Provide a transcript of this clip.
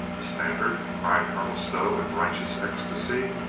a standard! cried colonel stow in righteous ecstasy.